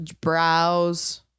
browse